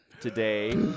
today